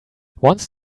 once